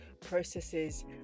processes